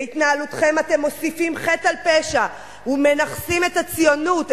בהתנהלותכם אתם מוסיפים חטא על פשע ומנכסים את הציונות,